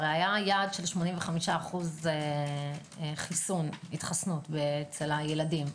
הרי היה יעד של 85% התחסנות אצל הילדים.